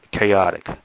chaotic